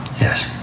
Yes